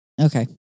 Okay